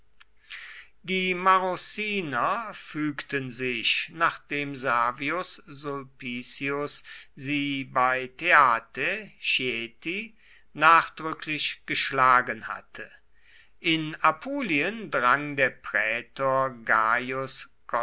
die marruciner fügten sich nachdem servius sulpicius sie bei teate chieti nachdrücklich geschlagen hatte in apulien drang der prätor